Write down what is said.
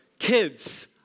Kids